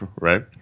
Right